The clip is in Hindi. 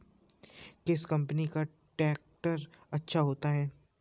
किस कंपनी का ट्रैक्टर अच्छा होता है?